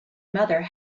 mother